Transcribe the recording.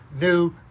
new